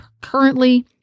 currently